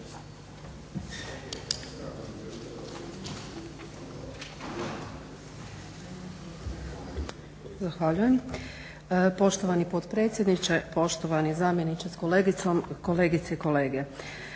Zahvaljujem. Poštovani potpredsjedniče, poštovani zamjeniče s kolegicom, kolegice i kolege.